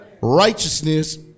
Righteousness